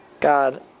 God